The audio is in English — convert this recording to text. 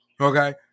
okay